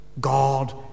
God